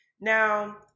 Now